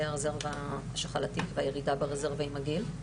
הרזרבה השחלתית והירידה ברזרבה עם הגיל,